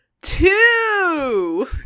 two